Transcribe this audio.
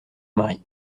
mari